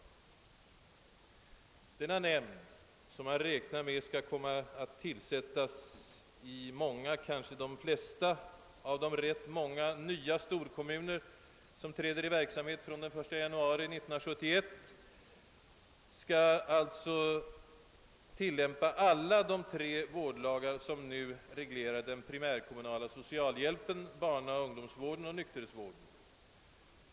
Denna nämnd, som man räknar med skall komma att tillsättas i många, kanske de flesta av de rätt många nya storkommuner, som träder i verksamhet den 1 januari 1971, skall alltså tillämpa alla de tre vårdlagar, som nu reglerar den primärkommunala socialhjälpen, barnaoch ungdomsvården och nykterhetsvården.